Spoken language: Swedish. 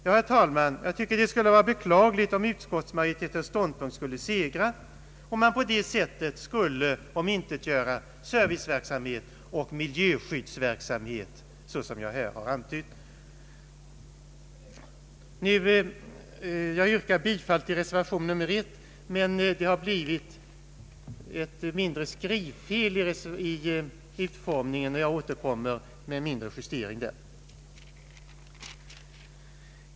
Herr talman, jag tycker det vore beklagligt om utskottsmajoritetens ståndpunkt skulle segra och man på det sättet skulle få svårt att driva serviceverksamhet och miljöskyddsverksamhet såsom jag här antytt. Jag yrkar bifall till reservationen 1, men det har blivit ett mindre skrivfel i utformningen, och jag återkommer med en justering på den punkten.